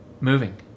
moving